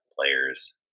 players